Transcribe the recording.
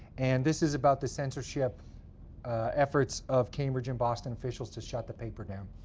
and this is about the censorship efforts of cambridge and boston officials to shut the paper down.